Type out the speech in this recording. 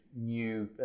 new